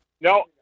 No